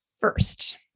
First